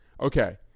Okay